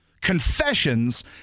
Confessions